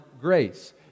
grace